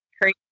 crazy